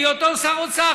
בהיותו שר אוצר,